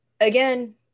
Again